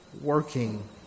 working